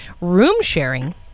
room-sharing